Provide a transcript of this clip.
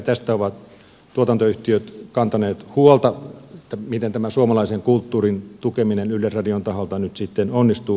tästä ovat tuotantoyhtiöt kantaneet huolta miten tämä suomalaisen kulttuurin tukeminen yleisradion taholta nyt sitten onnistuu